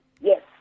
Yes